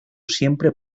siempre